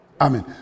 Amen